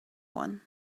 one